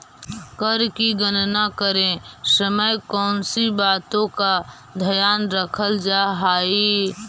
कर की गणना करे समय कौनसी बातों का ध्यान रखल जा हाई